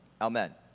Amen